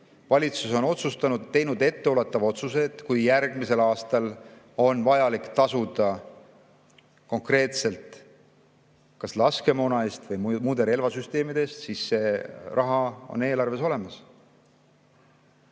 Valitsus on otsustanud, teinud etteulatuva otsuse, et kui järgmisel aastal on vaja tasuda konkreetselt kas laskemoona või relvasüsteemide eest, siis see raha on eelarves olemas. Kui